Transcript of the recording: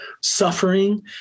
suffering